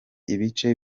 ibice